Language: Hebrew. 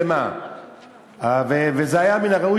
אם תרצה,